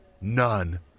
none